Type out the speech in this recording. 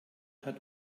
hat